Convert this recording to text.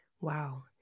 Wow